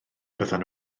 byddan